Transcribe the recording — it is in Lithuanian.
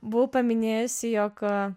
buvau paminėjusi jog